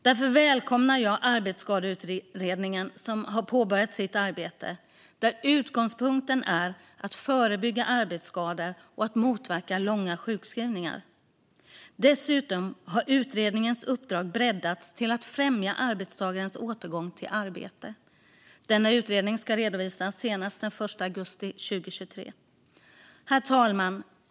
Därför välkomnar jag Arbetsskadeutredningen, som har påbörjat sitt arbete, där utgångspunkten är att förebygga arbetsskador och att motverka långa sjukskrivningar. Dessutom har utredningens uppdrag breddats till att främja arbetstagarens återgång till arbete. Denna utredning ska redovisas senast den 1 augusti 2023. Herr talman!